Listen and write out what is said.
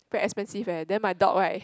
very expensive eh then my dog right